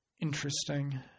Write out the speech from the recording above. interesting